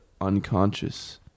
unconscious